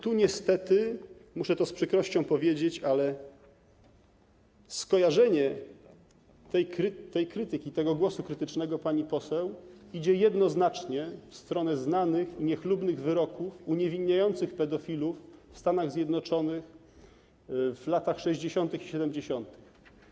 Tu niestety, muszę to z przykrością powiedzieć, ale skojarzenie tej krytyki, tego głosu krytycznego pani poseł idzie jednoznacznie w stronę znanych i niechlubnych wyroków uniewinniających pedofilów w Stanach Zjednoczonych w latach 60. i 70.